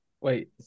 Wait